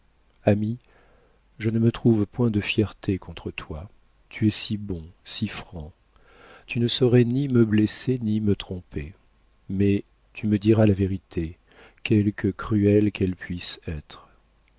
ami je ne me trouve point de fierté contre toi tu es si bon si franc tu ne saurais ni me blesser ni me tromper mais tu me diras la vérité quelque cruelle qu'elle puisse être